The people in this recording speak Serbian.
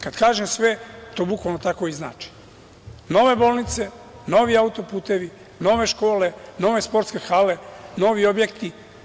Kada kažem sve, to bukvalno tako i znači, nove bolnice, novi auto-putevi, nove škole, nove sportske hale, novi objekti.